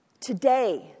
Today